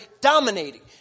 dominating